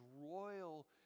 royal